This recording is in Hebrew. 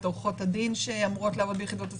את עורכות הדין שאמורות לעבוד ביחידות הסיוע.